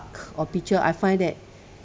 or picture I find that